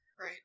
Right